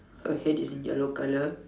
her head is in yellow colour